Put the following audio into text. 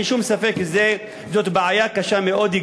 אין ספק שזאת בעיה קשה מאוד.